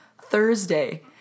Thursday